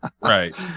Right